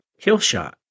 Killshot